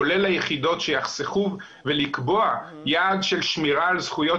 כולל יחידות שיחסכו ולקבוע יעד של שמירה על זכויות